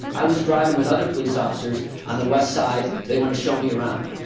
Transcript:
i was driving with other police officers on the west side. they wanted to show me around.